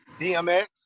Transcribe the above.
DMX